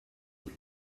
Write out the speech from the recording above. but